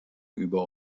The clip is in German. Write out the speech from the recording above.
über